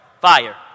Fire